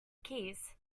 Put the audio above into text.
keys